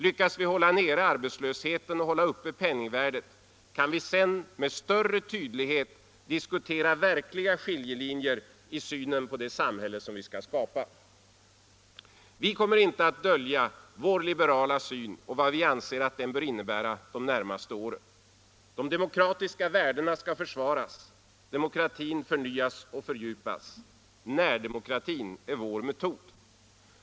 Lyckas vi hålla nere arbetslösheten och hålla uppe penningvärdet, kan vi sedan med större tydlighet diskutera verkliga skiljelinjer i synen på det samhälle som vi skall skapa. Vi kommer inte att dölja vår liberala syn och vad vi anser att den bör innebära de närmaste åren. De demokratiska värdena skall försvaras — demokratin förnyas och fördjupas. Det är för oss den allra viktigaste uppgiften. Närdemokratin är vår metod.